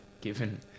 given